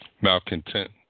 malcontent